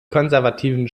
konservativen